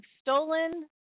stolen